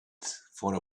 for